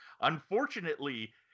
Unfortunately